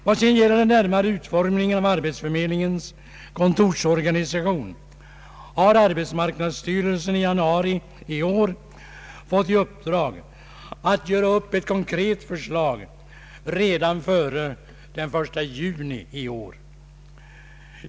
Vad sedan gäller den närmare utformningen av arbetsförmedlingens kontorsorganisation har arbetsmarknadsstyrelsen i januari i år fått i uppdrag att göra upp ett konkret förslag redan före den 1 juni i år.